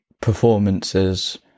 performances